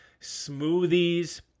smoothies